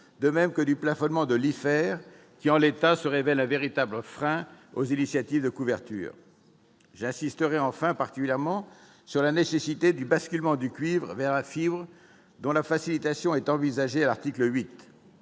et du plafonnement de l'IFER, qui, en l'état, se révèle un véritable frein aux initiatives de couverture. J'insisterai enfin particulièrement sur la nécessité du basculement du cuivre vers la fibre, dont la facilitation est envisagée à l'article 8.